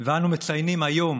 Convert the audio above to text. ואנו מציינים היום